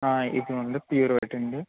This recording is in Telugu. ఇదిగోండి ప్యూర్ వైట్ అండి